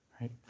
Right